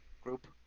group